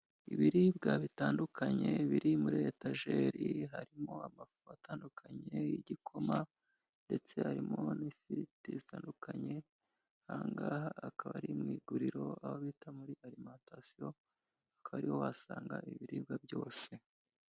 Ibiribwa bitandukanye biri muri etageri, harimo amafu atandukanye y'igikoma, ndetse harimo n'ifiriti zitandukanye aha ngaha akaba ari mu iguriro, aho bita muri arimantasiyo aka ariho wasanga ibiribwa byose.